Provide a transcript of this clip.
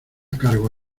cargo